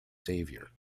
saviour